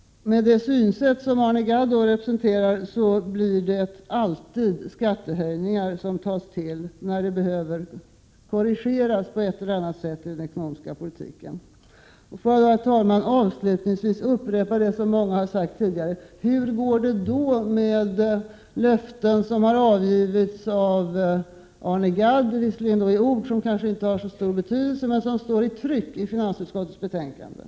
Med det synsätt som Arne Gadd representerar tar man alltid till skattehöjningar då den ekonomiska politiken på ett eller annat sätt behöver korrigeras. Herr talman! Avslutningsvis skall jag upprepa det som många har sagt tidigare: Hur går det då med de löften som Arne Gadd har avgivit — visserligen i ord som kanske inte har så stor betydelse men som står tryckta i finansutskottets betänkande?